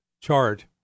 chart